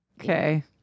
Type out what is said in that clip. okay